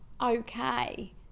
okay